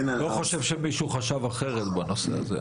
אני לא חושב שמישהו חשב אחרת בנושא הזה,